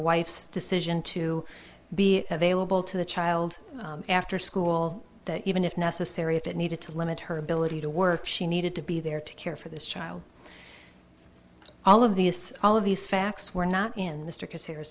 wife's decision to be available to the child after school that even if necessary if it needed to limit her ability to work she needed to be there to care for this child all of these all of these facts were not in the strictest